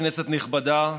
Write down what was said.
כנסת נכבדה,